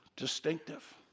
distinctive